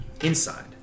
Inside